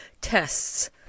tests